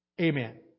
Amen